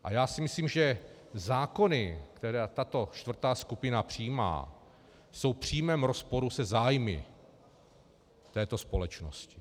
A já si myslím, že zákony, které tato čtvrtá skupina přijímá, jsou v přímém rozporu se zájmy této společnosti.